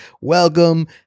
welcome